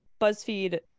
buzzfeed